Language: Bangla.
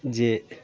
যে